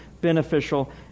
beneficial